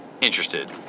interested